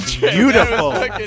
Beautiful